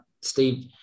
Steve